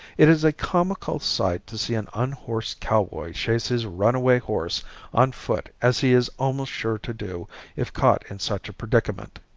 it is a comical sight to see an unhorsed cowboy chase his runaway horse on foot as he is almost sure to do if caught in such a predicament.